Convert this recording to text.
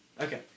Okay